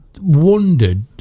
wondered